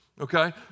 Okay